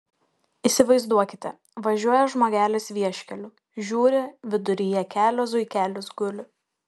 įsivaizduokite važiuoja žmogelis vieškeliu žiūri viduryje kelio zuikelis guli